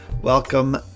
welcome